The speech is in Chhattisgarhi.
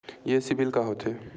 ये सीबिल का होथे?